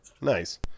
nice